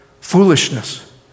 foolishness